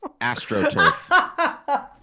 AstroTurf